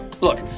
Look